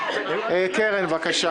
קרן, בבקשה.